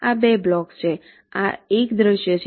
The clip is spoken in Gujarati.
આ 2 બ્લોક્સ છે આ એક દૃશ્ય છે